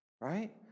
Right